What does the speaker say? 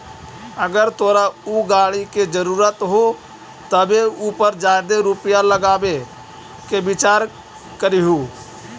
अगर तोरा ऊ गाड़ी के जरूरत हो तबे उ पर जादे रुपईया लगाबे के विचार करीयहूं